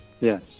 Yes